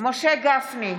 משה גפני,